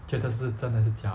觉得是不是真还是假